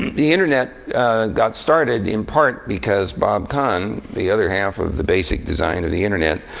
the internet got started in part because bob kahn, the other half of the basic design of the internet,